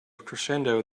crescendo